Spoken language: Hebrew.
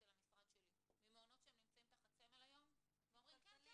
אל המשרד שלי ממעונות שנמצאים תחת סמל היום ואומרים כן,